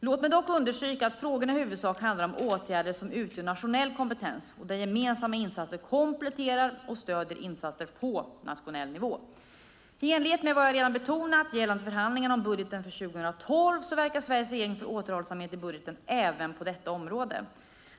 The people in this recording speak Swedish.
Låt mig dock understryka att frågorna i huvudsak handlar om åtgärder som utgör nationell kompetens och där gemensamma insatser kompletterar och stöder insatser på nationell nivå. I enlighet med vad jag redan betonat gällande förhandlingarna om budgeten för 2012 verkar Sveriges regering för återhållsamhet i budgeten även på detta område.